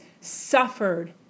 suffered